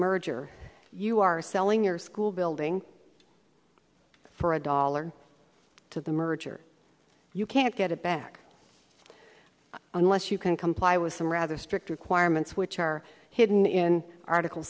merger you are selling your school building for a dollar to the merger you can't get it back unless you can comply with some rather strict requirements which are hidden in article